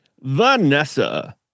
Vanessa